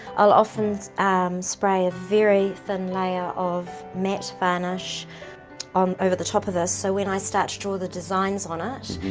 i'll often um spray a very thin layer of mat varnish um over the top of this so when i draw the designs on ah it,